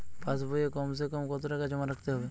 পাশ বইয়ে কমসেকম কত টাকা জমা রাখতে হবে?